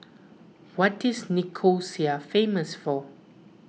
what is Nicosia famous for